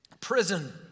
Prison